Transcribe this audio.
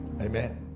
Amen